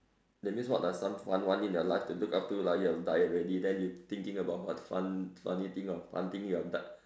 that means what are some fun one in your life to look up to lah you have died already then you thinking about what fun funny thing or fun thing you've done